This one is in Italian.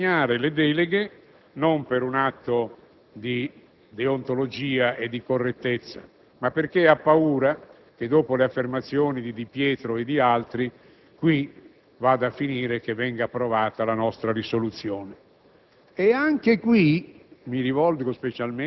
salvo poi, due giorni dopo, rassegnare le deleghe, non per un atto di deontologia e di correttezza, ma perché ha paura che, dopo le affermazioni di Di Pietro e di altri, qui vada a finire che venga approvata la nostra mozione.